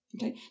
okay